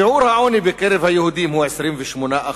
הלאה, שיעור העוני בקרב היהודים הוא 28%